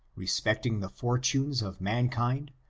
respecting the fortunes of mankind,